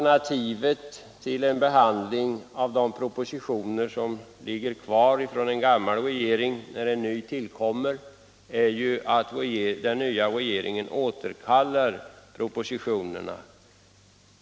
När det gäller propositioner som ligger kvar efter en tidigare regering är ju alternativet att den nya regeringen återkallar propositionerna.